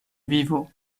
vivo